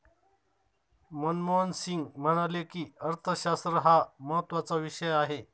मनमोहन सिंग म्हणाले की, अर्थशास्त्र हा महत्त्वाचा विषय आहे